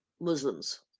Muslims